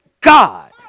God